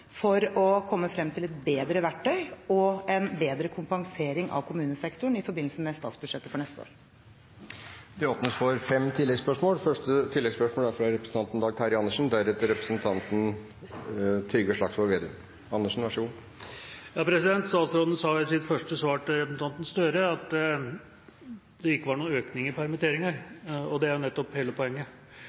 for å komme frem til et bedre verktøy og en bedre kompensering av kommunesektoren i forbindelse med statsbudsjettet for neste år. Det åpnes for fem oppfølgingsspørsmål – først Dag Terje Andersen. Statsråden sa i sitt første svar til representanten Gahr Støre at det ikke var noen økning i permitteringer – og det er jo nettopp hele poenget.